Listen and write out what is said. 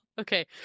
okay